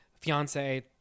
fiance